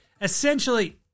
Essentially